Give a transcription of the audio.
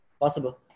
possible